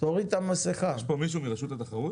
יש פה מישהו מרשות התחרות?